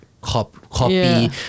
copy